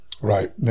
Right